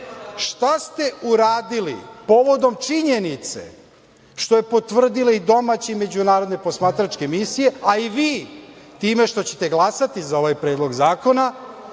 Šta ste uradili povodom činjenice, što su potvrdile i domaće i međunarodne posmatračke misije, a i vi, time što ćete glasati za ovaj predlog zakona,